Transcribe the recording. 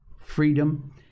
freedom